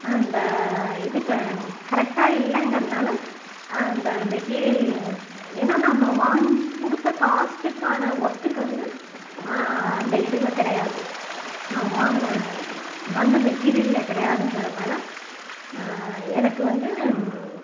அந்த இது க கரெக்டாக இல்லைங்கிறனால அந்த மெட்டீரியல் ஏன்னால் நம்ம வாங் கொடுத்த காஸ்ட்டுக்கான ஒர்த்துக்கு வந்து அந்த இதில் கிடையாது நான் வாங்கின வந்த மெட்டீரியலே கிடையாதுங்கிறதுனால எனக்கு வந்து